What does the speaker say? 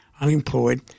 unemployed